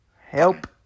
Help